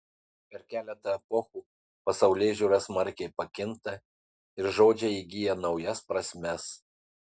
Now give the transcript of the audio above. per keletą epochų pasaulėžiūra smarkiai pakinta ir žodžiai įgyja naujas prasmes